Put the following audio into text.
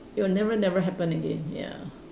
it will never never happen again ya